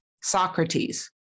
Socrates